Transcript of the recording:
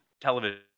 television